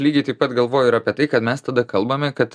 lygiai taip pat galvoju ir apie tai kad mes tada kalbame kad